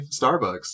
Starbucks